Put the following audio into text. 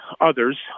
others